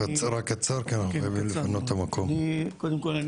קודם כל,